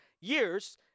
years